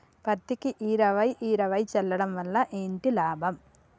పత్తికి ఇరవై ఇరవై చల్లడం వల్ల ఏంటి లాభం?